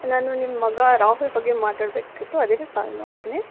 ನಾನು ನಿಮ್ಮ ಮಗ ರಾಹುಲ್ ಬಗ್ಗೆ ಮಾತಾಡಬೇಕಿತ್ತು ಅದಕ್ಕೆ ಕಾಲ್ ಮಾಡಿದ್ದೀನಿ